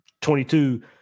22